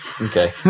Okay